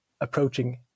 approaching